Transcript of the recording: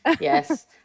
Yes